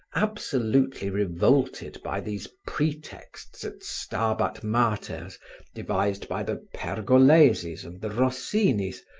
absolutely revolted by these pretexts at stabat maters devised by the pergolesis and the rossinis,